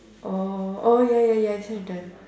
orh oh ya ya ya you say that time